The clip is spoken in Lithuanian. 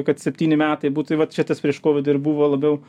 kad septyni metai būtų vat čia tas prieš kovidą ir buvo labiau